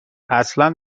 اصلا